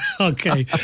Okay